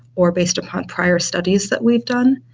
or based upon prior studies that we've done,